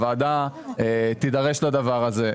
הוועדה תידרש לדבר הזה.